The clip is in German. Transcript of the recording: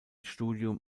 studium